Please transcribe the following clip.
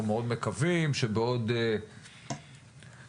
אנו מאוד מקווים שבעוד שלושה,